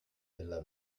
della